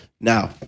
Now